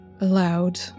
allowed